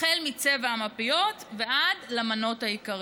החל מצבע המפיות ועד למנות העיקריות.